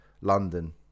London